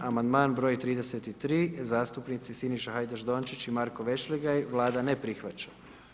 Amandman broj 33. zastupnici Siniša Hajdaš Dončić i Marko Vešligaj, Vlada ne prihvaća.